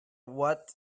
what